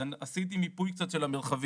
אז אני עשיתי מיפוי קצת של המרחבים.